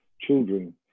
children